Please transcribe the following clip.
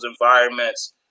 environments